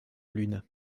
lune